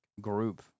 group